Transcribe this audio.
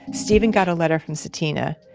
steven got a letter from sutina.